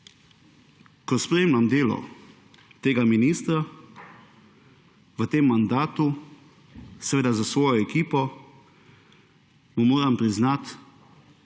Ko spremljam delo tega ministra v tem mandatu, seveda s svojo ekipo, mu moram priznati,